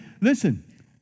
listen